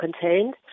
contained